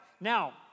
Now